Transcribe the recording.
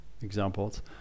examples